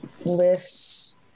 lists